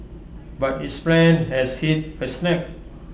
but its plan has hit A snag